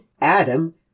Adam